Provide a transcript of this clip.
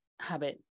habit